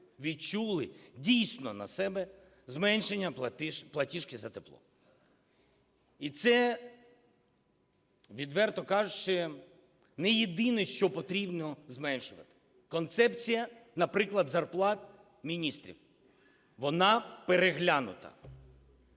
відчули дійсно на собі зменшення платіжки за тепло. І це, відверто кажучи, не єдине, що потрібно зменшувати. Концепція, наприклад, зарплат міністрів, вона переглянута,